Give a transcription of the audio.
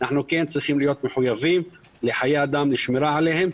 אנחנו צריכים להיות מחויבים לחיי אדם ולשמירה עליהם,